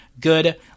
good